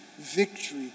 victory